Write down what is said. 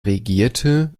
regierte